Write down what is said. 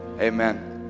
amen